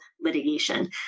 litigation